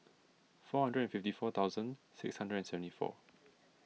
four hundred fifty four thousand six hundred seventy four